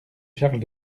charles